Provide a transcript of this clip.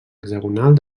hexagonal